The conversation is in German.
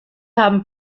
haben